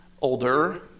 older